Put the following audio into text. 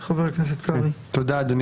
בעיניי, אדוני